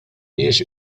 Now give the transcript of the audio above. mhijiex